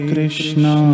Krishna